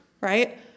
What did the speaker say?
right